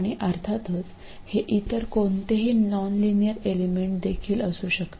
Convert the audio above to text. आणि अर्थातच हे इतर कोणतेही नॉनलिनियर एलिमेंट देखील असू शकते